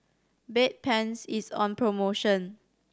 Bedpans is on promotion